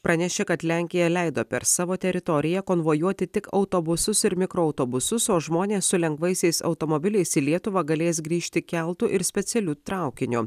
pranešė kad lenkija leido per savo teritoriją konvojuoti tik autobusus ir mikroautobusus o žmonės su lengvaisiais automobiliais į lietuvą galės grįžti keltu ir specialiu traukiniu